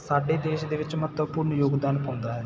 ਸਾਡੇ ਦੇਸ਼ ਦੇ ਵਿੱਚ ਮਹੱਤਵਪੂਰਨ ਯੋਗਦਾਨ ਪਾਉਂਦਾ ਹੈ